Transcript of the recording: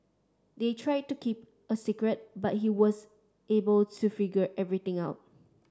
they tried to keep a secret but he was able to figure everything out